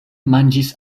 manĝis